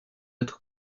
être